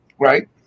right